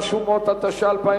נתקבלה.